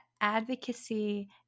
advocacy